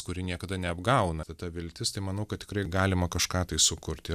kuri niekada neapgauna ta viltis tai manau kad tikrai galima kažką tai sukurti